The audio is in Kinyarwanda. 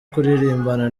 kuririmbana